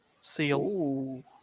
seal